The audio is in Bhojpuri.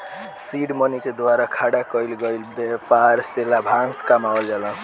सीड मनी के द्वारा खड़ा कईल गईल ब्यपार से लाभांस कमावल जाला